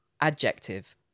adjective